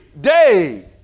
day